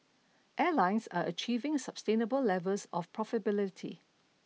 airlines are achieving sustainable levels of profitability